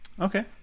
Okay